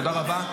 תודה רבה.